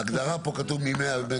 בהגדרה פה כתוב מ-100 מגה-וואט.